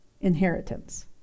inheritance